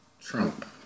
Trump